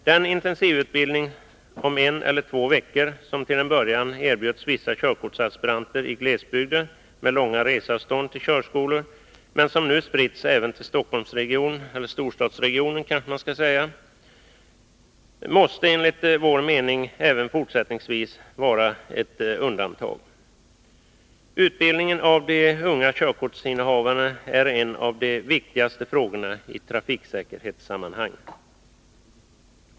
Den intensivutbildning på en eller två veckor som till en början erbjöds vissa körkortsaspiranter i glesbygden med långa reseavstånd till körskolor men som nu har spritt sig även till storstadsregionerna måste enligt vår mening även fortsättningsvis vara ett undantag. Utbildningen av de unga körkortsinnehavarna är en av de viktigaste frågorna i trafiksäkerhetssammanhang.